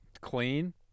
clean